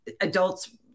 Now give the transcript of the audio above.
adults